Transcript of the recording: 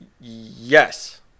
yes